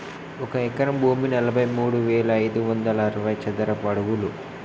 ఒక ఎకరం భూమి నలభై మూడు వేల ఐదు వందల అరవై చదరపు అడుగులు